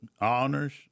honors